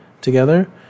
together